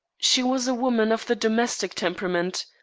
she was a woman of the domestic temperament,